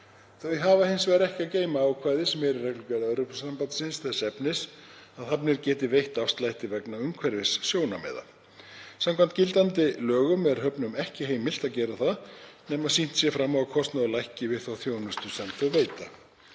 Þau hafa hins vegar ekki að geyma ákvæði sem er í reglugerð Evrópusambandsins þess efnis að hafnir geti veitt afslætti vegna umhverfissjónarmiða. Samkvæmt gildandi lögum er höfnum ekki heimilt að gera það nema sýnt sé fram á að kostnaður lækki við þá þjónustu sem þau veita.